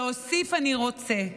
להוסיף אני רוצה: